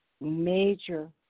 major